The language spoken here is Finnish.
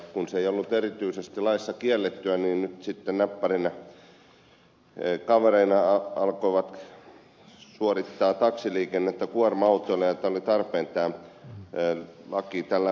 kun se ei ollut erityisesti laissa kiellettyä niin nyt sitten näppärät kaverit alkoivat suorittaa taksiliikennettä kuorma autoilla ja oli tarpeen lakiin tällainen muutos tehdä